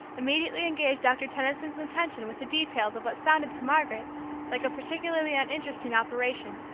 immediately engaged doctor tenison's attention with the details of what sounded to margaret like a particularly uninteresting operation,